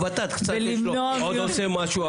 הוות"ת קצת עוד עושה משהו.